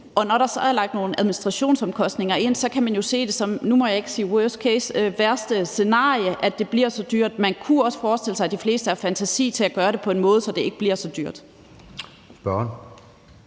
Og når der så er lagt nogle administrationsomkostninger ind, kan man jo se det som – og nu må jeg ikke sige worst case – det værste scenarie, at det bliver så dyrt; man kunne også forestille sig, at de fleste har fantasi til at gøre det på en måde, så det ikke bliver så dyrt.